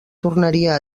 tornaria